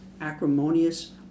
acrimonious